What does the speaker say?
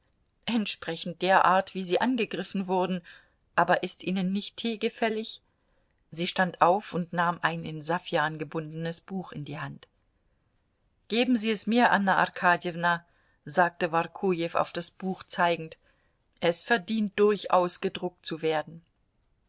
entsprechend der art wie sie angegriffen wurden aber ist ihnen nicht tee gefällig sie stand auf und nahm ein in saffian gebundenes buch in die hand geben sie es mir anna arkadjewna sagte workujew auf das buch zeigend es verdient durchaus gedruckt zu werden